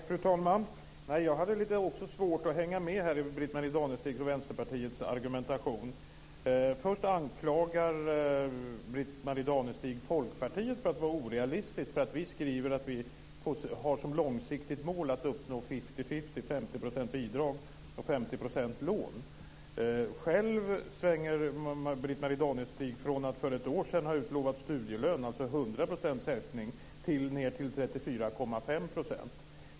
Fru talman! Jag hade också lite svårt att hänga med i argumentationen från Britt-Marie Danestig, Vänsterpartiet. Först anklagar hon oss i Folkpartiet för att vara orealistiska därför att vi skriver att vi har som långsiktigt mål att uppnå fifty-fifty, 50 % bidrag och 50 % lån. Själv svänger Britt-Marie Danestig från att för ett år sedan ha utlovat studielön, alltså 100 % ökning, till att komma ned till 34,5 %.